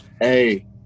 Hey